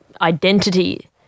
identity